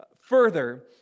further